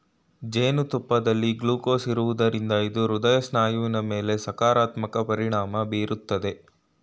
ಜೇನುತುಪ್ಪದಲ್ಲಿ ಗ್ಲೂಕೋಸ್ ಇರೋದ್ರಿಂದ ಇದು ಹೃದಯ ಸ್ನಾಯುವಿನ ಮೇಲೆ ಸಕಾರಾತ್ಮಕ ಪರಿಣಾಮ ಬೀರ್ತದೆ